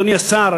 אדוני השר,